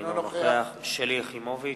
אינו נוכח שלי יחימוביץ,